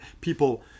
people